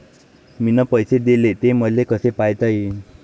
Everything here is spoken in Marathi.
मिन पैसे देले, ते मले कसे पायता येईन?